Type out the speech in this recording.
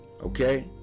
okay